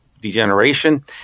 degeneration